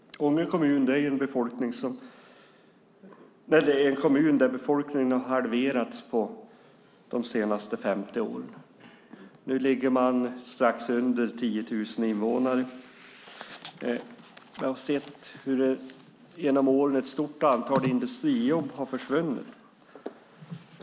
I Ånge kommun har befolkningen halverats de senaste 50 åren. Nu ligger man strax under 10 000 invånare. Jag har genom åren sett hur ett stort antal industrijobb har försvunnit.